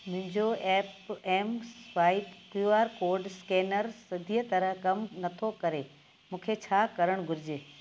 मुंहिंजो app M swipe Q R code scanner सिधीअ तरह कम नथो करे मूंखे छा करणु घुर्जे